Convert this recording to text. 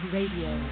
Radio